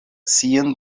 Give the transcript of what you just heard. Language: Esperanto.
sian